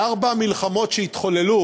בארבע המלחמות שהתחוללו